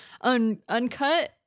uncut